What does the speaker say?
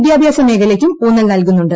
വിദ്യാഭ്യാസ മേഖലയ്ക്കും ഊന്നൽ നൽകുന്നുണ്ട്